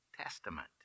Testament